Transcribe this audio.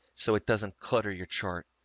so it doesn't clutter your chart,